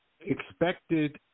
expected